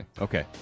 Okay